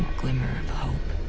glimmer of hope.